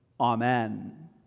Amen